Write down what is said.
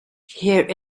here